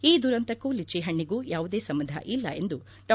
ಈ ದುರಂತಕ್ಕೂ ಲಿಚ್ಚಿ ಹಣ್ಣಿಗೂ ಯಾವುದೇ ಸಂಬಂಧ ಇಲ್ಲ ಎಂದು ಡಾ